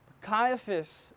Caiaphas